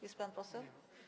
Jest pan poseł?